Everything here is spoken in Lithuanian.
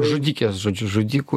žudikės žodžiu žudikų